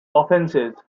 offences